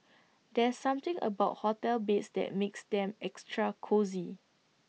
there's something about hotel beds that makes them extra cosy